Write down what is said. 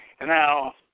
Now